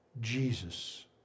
Jesus